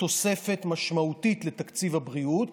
תוספת משמעותית לתקציב הבריאות,